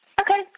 Okay